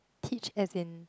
teach as in